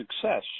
success